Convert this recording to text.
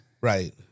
Right